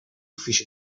uffici